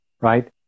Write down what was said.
right